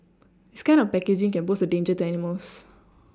this kind of packaging can pose a danger to animals